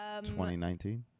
2019